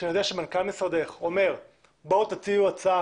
כשאני יודע שמנכ"ל משרדך אומר בואו תציעו הצעה